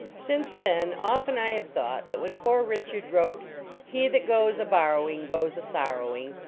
since then, often i have thought that when poor richard wrote he that goes a borrow ing goes a sorrowing,